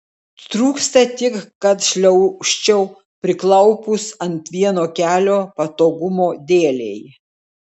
trūksta tik kad šliaužčiau priklaupus ant vieno kelio patogumo dėlei